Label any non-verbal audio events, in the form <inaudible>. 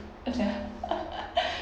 <laughs>